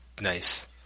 Nice